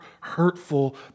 hurtful